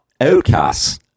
Outcasts